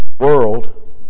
world